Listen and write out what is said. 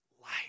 life